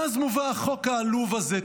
ואז מובא החוק העלוב הזה,